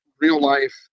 real-life